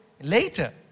later